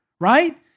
right